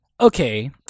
Okay